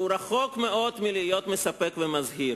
רחוק מאוד מלהיות מספק ומזהיר.